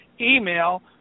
email